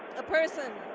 a person,